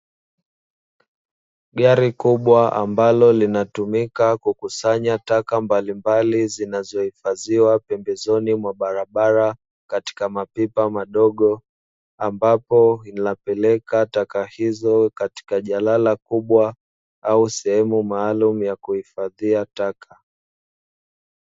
Gari kubwa ambalo linatumika kukusanya taka mbalimbali zinazohifadhiwa pembezoni mwa barabara katika mapipa madogo, ambapo linapeleka taka hizo katika jalala kubwa, au sehemu maalumu ya kuhifadhia taka.